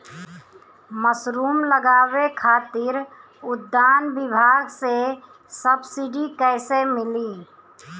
Mushroom लगावे खातिर उद्यान विभाग से सब्सिडी कैसे मिली?